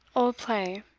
old play.